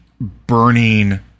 burning